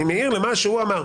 אני מעיר למה שהוא אמר.